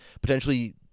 potentially